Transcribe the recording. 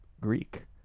Greek